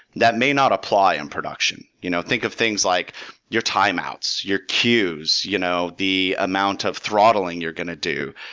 that may not apply on production. you know think of things like your timeouts, your queues, you know the amount of throttling you're going to do.